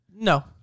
No